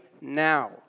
now